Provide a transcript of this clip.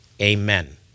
Amen